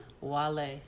Wale